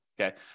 Okay